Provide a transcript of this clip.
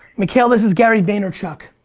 mikhail, this is gary vaynerchuk.